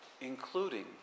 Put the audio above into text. including